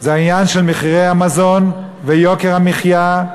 העניין של מחירי המזון ויוקר המחיה.